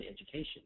education